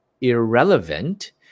irrelevant